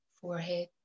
forehead